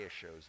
shows